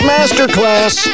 Masterclass